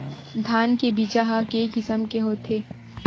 धान के बीजा ह के किसम के होथे?